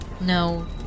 No